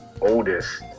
oldest